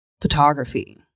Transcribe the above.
photography